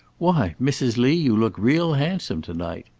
why, mrs. lee, you look real handsome to-night!